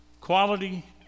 quality